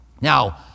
Now